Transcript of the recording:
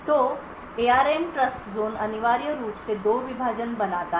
तो ARM TrustZone अनिवार्य रूप से दो विभाजन बनाता है